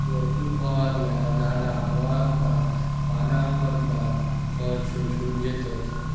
वरसून फवारल्यार झाडा मुळांतना पानांमधना खत शोषून घेतत